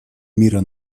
мира